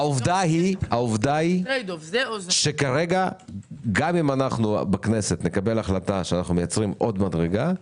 העובדה היא שכרגע גם אם בכנסת נקבל החלטה שאנחנו מייצרים עוד מדרגה,